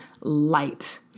light